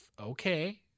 okay